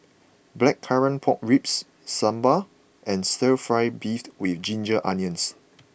Blackcurrant Pork Ribs Sambal and Stir Fried Beef with Ginger Onions